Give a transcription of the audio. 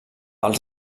els